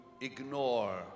ignore